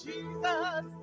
Jesus